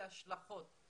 יש לזה השלכות.